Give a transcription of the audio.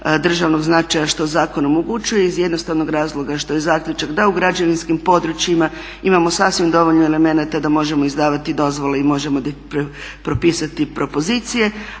državnog značaja što zakon omogućuje iz jednostavnog razloga što je zaključak da u građevinskim područjima imamo sasvim dovoljno elemenata da možemo izdavati dozvole i možemo propisati propozicije,